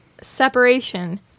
separation